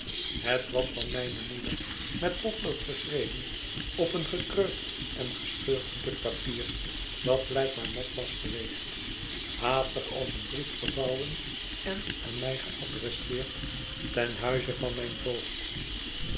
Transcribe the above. het was van mijne moeder met potlood geschreven op een gekreukt en gescheurd stuk papier dat blijkbaar nat was geweest haastig als een brief gevouwen en aan mij geadresseerd ten huize van mijn voogd